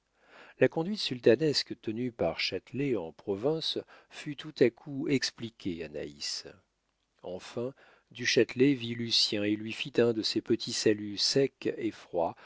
la conduite sultanesque tenue par châtelet en province fut tout à coup expliquée à naïs enfin du châtelet vit lucien et lui fit un de ces petits saluts secs et froids